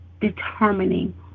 determining